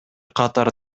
катар